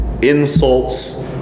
insults